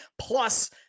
plus